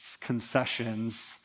concessions